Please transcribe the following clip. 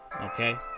Okay